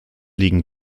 liegen